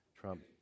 trump